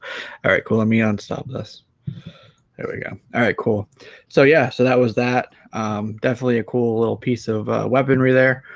alright cooling me on stop this there we go alright cool so yeah so that was that definitely a cool little piece of weaponry there